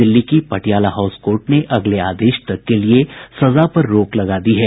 दिल्ली की Patiala house court ने अगले आदेश तक के लिए सजा पर रोक लगा दी है